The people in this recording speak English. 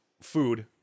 food